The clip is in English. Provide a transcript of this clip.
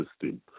system